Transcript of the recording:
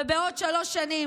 ובעוד שלוש שנים,